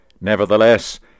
Nevertheless